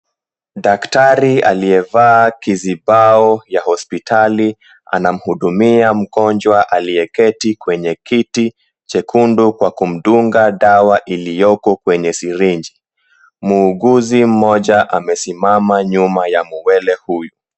Daktari aliyevaa kizibao ya hospitali anamhudumia mgonjwa aliyeketi kwenye kiti jekundu kwa kumdunga dawa iliyoko kwenye syringe . Mwuguzi mmoja amesimama nyuma ya muwele huyu.